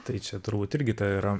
tai čia turbūt irgi yra